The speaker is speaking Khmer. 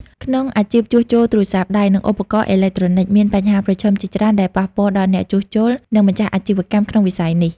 ក្នុងអាជីពជួសជុលទូរស័ព្ទដៃ និងឧបករណ៍អេឡិចត្រូនិក មានបញ្ហាប្រឈមជាច្រើនដែលប៉ះពាល់ដល់អ្នកជួសជុល និងម្ចាស់អាជីវកម្មក្នុងវិស័យនេះ។